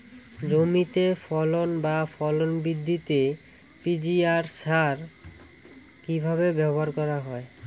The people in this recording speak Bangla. জমিতে ফসল বা ফলন বৃদ্ধিতে পি.জি.আর সার কীভাবে ব্যবহার করা হয়?